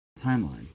timeline